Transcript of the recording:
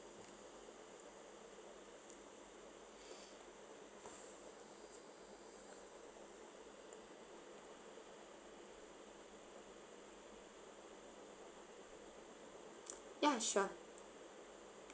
ya sure